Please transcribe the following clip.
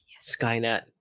skynet